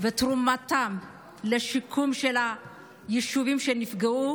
ותרומתן לשיקום של היישובים שנפגעו,